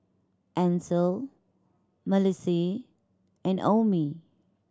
Ancil Malissie and Omie